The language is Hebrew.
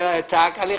במיוחד מול זה שצעק עליך.